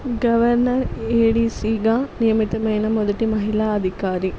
governor ఏడీసీగా నియమితమైన మొదటి మహిళా అధికారి